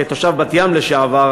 כתושב בת-ים לשעבר,